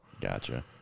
Gotcha